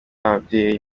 ababyeyi